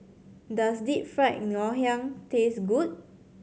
does Deep Fried Ngoh Hiang taste good